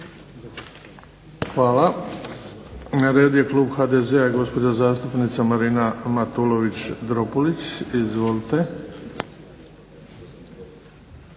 Hvala. Na redu je Klub HDZ-a i gospođa zastupnica Marina Matulović-Dropulić. Izvolite.